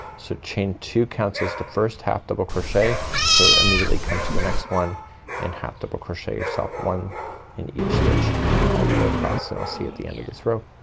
so chain two counts as the first half double crochet so immediately come to the next one and half double crochet yourself one in each stitch all the way across and i'll see at the end of this row.